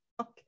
Okay